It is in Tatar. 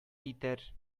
итәр